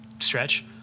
stretch